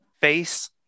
face